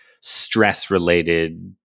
stress-related